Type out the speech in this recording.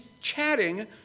chatting